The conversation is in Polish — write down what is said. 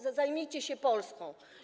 Zajmijcie się Polską.